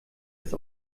das